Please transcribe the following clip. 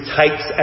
takes